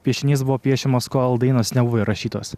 piešinys buvo piešimas kol dainos nebuvo įrašytos